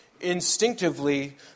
instinctively